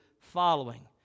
following